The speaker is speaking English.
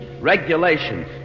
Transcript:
Regulations